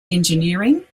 engineering